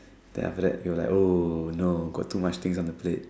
then after that he was like oh no got too much things on the plate